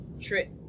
Trip